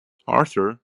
arthur